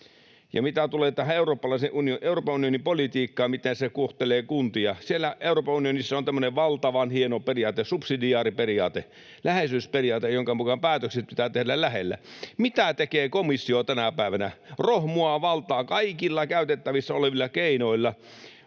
Mitä tulee tähän Euroopan unionin politiikkaan, miten se kohtelee kuntia: Siellä Euroopan unionissa on tämmöinen valtavan hieno periaate, subsidiariteettiperiaate, läheisyysperiaate, jonka mukaan päätökset pitää tehdä lähellä. Mitä tekee komissio tänä päivänä? Rohmuaa valtaa kaikilla käytettävissä olevilla keinoilla.